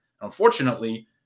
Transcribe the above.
Unfortunately